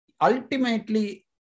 ultimately